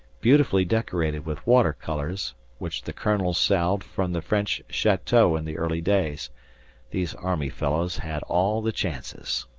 beautifully decorated with water-colours which the colonel salved from the french chateau in the early days these army fellows had all the chances.